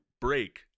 break